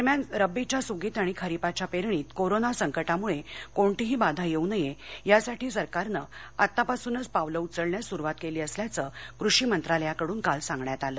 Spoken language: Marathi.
दरम्यान रब्बीच्या सुगीत आणि खरिपाच्या पेरणीत कोरोना संकटामुळे कोणतीही बाधा येऊ नये यासाठी सरकारनं आतापासूनच पावलं उचलण्यास सुरूवात केली असल्याचं कृषीमंत्रालयाकडून काल सांगण्यात आलं